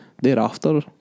thereafter